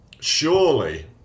surely